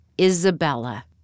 Isabella